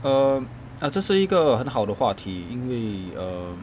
um oh 这是一个很好的话题因为 err